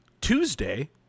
Tuesday